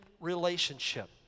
relationship